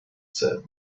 said